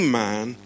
man